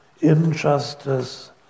injustice